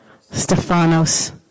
Stephanos